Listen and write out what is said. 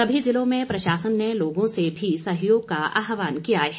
सभी ज़िलों में प्रशासन ने लोगों से भी सहयोग का आहवान् किया है